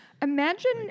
Imagine